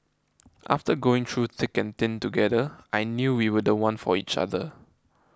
after going through thick and thin together I knew we were the one for each other